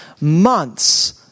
months